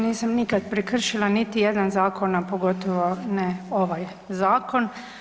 Nisam nikad prekršila niti jedan zakon, a pogotovo ne ovaj zakon.